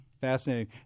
Fascinating